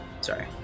Sorry